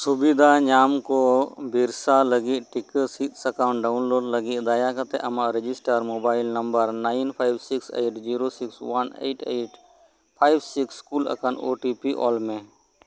ᱥᱩᱵᱤᱫᱷᱟ ᱧᱟᱢ ᱠᱚ ᱵᱤᱨᱥᱟ ᱞᱟᱜᱤᱫ ᱴᱤᱠᱟᱹ ᱥᱤᱫ ᱥᱟᱠᱟᱢ ᱰᱟᱣᱩᱱᱞᱳᱰ ᱞᱟᱜᱤᱫ ᱫᱟᱭᱟ ᱠᱟᱛᱮᱫ ᱟᱢᱟᱜ register mobile number nine five six eight zero six one eight eight five six ᱠᱳᱞ ᱟᱠᱟᱱ ᱳ ᱴᱤ ᱯᱤ ᱚᱞ ᱢᱮ